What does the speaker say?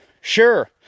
sure